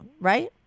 Right